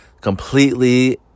Completely